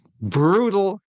brutal